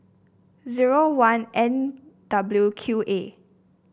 zero one N W Q A